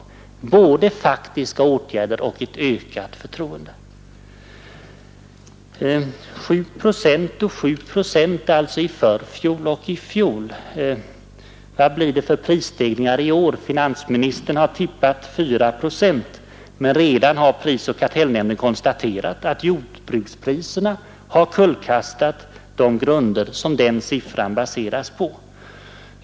Det behövs både faktiska åtgärder och ett ökat förtroende. 7 procent i förfjol och 7 procent i fjol. Vad blir det för prisstegringar i år? Finansministern har tippat 4 procent. Men redan har prisoch kartellnämnden konstaterat att jordbrukspriserna kullkastat de grunder som den siffran baserats på.